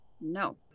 No